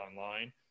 online